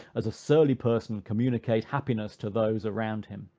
as a surly person communicate happiness to those around him.